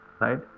right